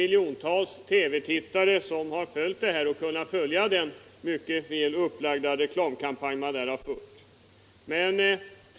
Miljontals TV-tittare har följt den mycket väl upplagda reklamkampanjen.